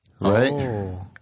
right